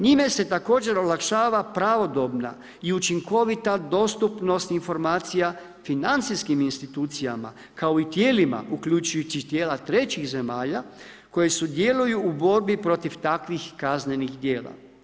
Njime se također olakšava pravodobna i učinkovita dostupnost informacija, financijskim institucijama, kao i tijelima, uključujući i tijela trećih zemalja, koje sudjeluju u borbi protiv takvih kaznenih djela.